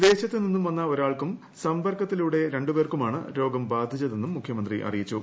വിദേശത്ത് നിന്ന് വന്ന ഒരാൾക്കും സമ്പർക്കത്തിലൂടെ രണ്ടു പേർക്കുമാണ് രോഗം ബാധിച്ചതെന്നും മുഖ്യമന്ത്രി അറിയിച്ചു